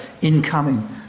incoming